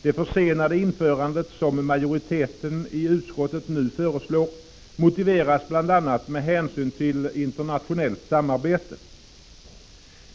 Den försening av införandet, som majoriteten i utskottet nu föreslår, motiveras bl.a. med hänsyn till internationellt samarbete.